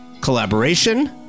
collaboration